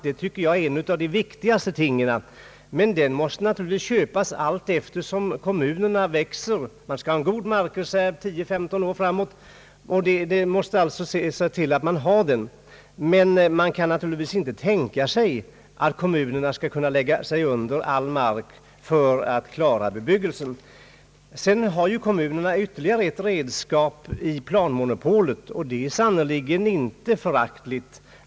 Det tycker jag är en av de viktigaste sakerna. Men den marken måste naturligtvis köpas allteftersom kommunerna växer. Kommunerna skall ha en god markreserv för 10—15 år framåt, och man måste se till att de får den. Men man kan naturligtvis inte tänka sig att kommunerna skall lägga under sig all mark för att klara bebyggelsen. Kommunerna har ytterligare ett redskap i planmonopolet, och det är sannerligen inte att förakta.